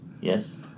Yes